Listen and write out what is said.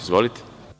Izvolite.